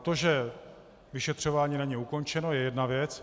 To, že vyšetřování není ukončeno, je jedna věc.